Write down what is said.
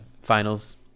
finals